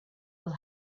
will